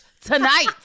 tonight